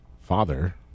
father